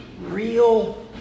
real